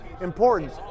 important